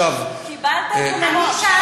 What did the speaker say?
קיבלת את זה מראש.